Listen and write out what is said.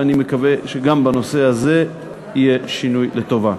ואני מקווה שגם בנושא הזה יהיה שינוי לטובה.